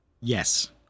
Yes